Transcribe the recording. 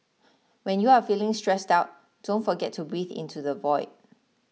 when you are feeling stressed out don't forget to breathe into the void